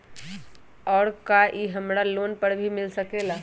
और का इ हमरा लोन पर भी मिल सकेला?